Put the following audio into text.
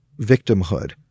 victimhood